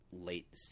late